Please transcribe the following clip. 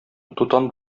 дутан